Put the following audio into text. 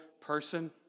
person